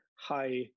high